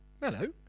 Hello